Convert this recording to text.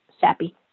sappy